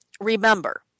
remember